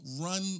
run